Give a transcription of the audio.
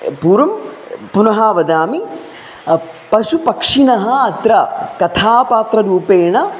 पूर्वं पुनः वदामि पशुपक्षिणः अत्र कथापात्ररूपेण